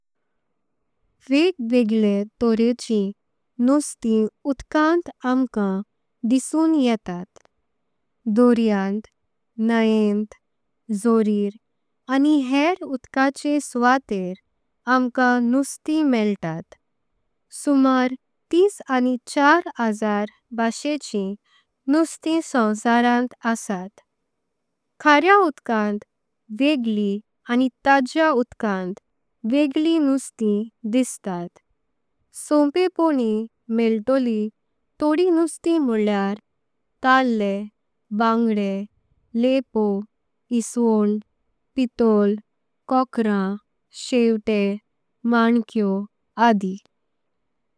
वेग वेगळे तोरेचिं नुस्तीं उदकांत आम्हांक दिसून येतात। दोर्यांत न्हयेंत जोरिर आनी हेर उदकाचे सुवाते आम्हांक। नुस्तीं मेळतात सुमार तिस आणी चार हजार बाशेशिं नुस्तीं। संवसारांत आसातखऱ्या उंदकांत वेगळीं आनी थज़्या। उदकांत वेगळीं नुस्तीं दिसतात सॉंपय्वन मेळटोली। तोडी नुस्तीं म्हळळार तारे, बांगडें, लेपो, ईसवान। पितोल, कोक्रा, शेवत्ते, माकें आदी।